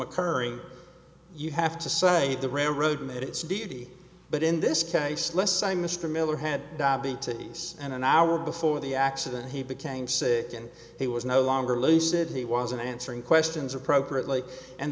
occurring you have to say the railroad made its d d but in this case let's say mr miller had diabetes and an hour before the accident he became sick and he was no longer louis said he wasn't answering questions appropriately and